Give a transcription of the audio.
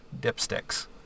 dipsticks